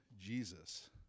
Jesus